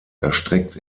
erstreckt